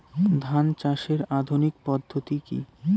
ধান চাষের আধুনিক পদ্ধতি কি?